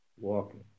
walking